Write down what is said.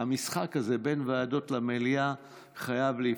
המשחק הזה בין ועדות למליאה חייב להיפסק.